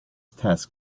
task